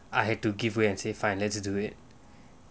I had to give way and say fine let's do it